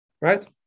right